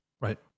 right